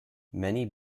many